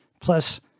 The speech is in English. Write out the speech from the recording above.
Plus